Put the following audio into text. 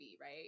right